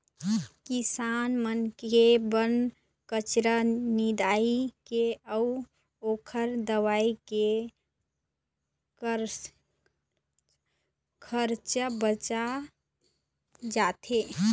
किसान मन के बन कचरा निंदाए के अउ ओखर दवई के खरचा बाच जाथे